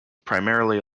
primarily